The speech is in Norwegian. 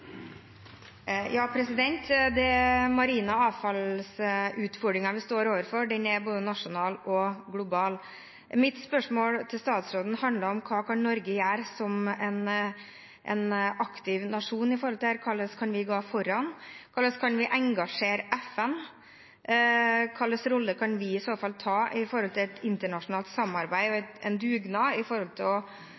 marine avfallsutfordringen vi står overfor, er både nasjonal og global. Mitt spørsmål til statsråden handler om hva Norge kan gjøre som en aktiv nasjon når det gjelder dette. Hvordan kan vi gå foran, hvordan kan vi engasjere FN? Hva slags rolle kan vi i så fall ta i et internasjonalt samarbeid